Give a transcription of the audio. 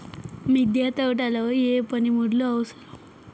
మిద్దె తోటలో ఏ పనిముట్లు అవసరం?